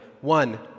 One